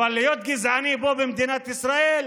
אבל להיות גזעני פה, במדינת ישראל,